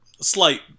slight